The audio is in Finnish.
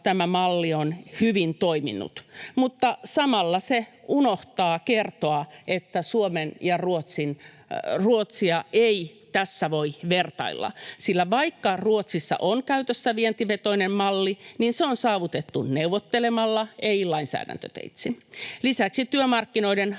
tämä malli on hyvin toiminut, mutta samalla se unohtaa kertoa, että Suomea ja Ruotsia ei tässä voi vertailla, sillä vaikka Ruotsissa on käytössä vientivetoinen malli, niin se on saavutettu neuvottelemalla, ei lainsäädäntöteitse. Lisäksi työmarkkinoiden rakenteellinen